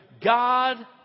God